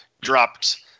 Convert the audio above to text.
dropped